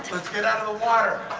so let's get out of the water.